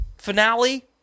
Finale